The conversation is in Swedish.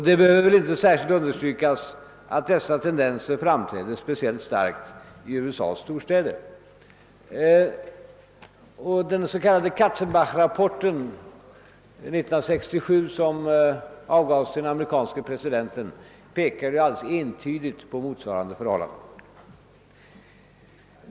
Det behöver väl inte särskilt understrykas att dessa tendenser framträder speciellt starkt i USA:s storstäder. Den s.k. Katzenbacherrapporten, som år 1967 avgavs till den amerikanske presidenten, visar alldeles entydigt på motsvarande förhållanden.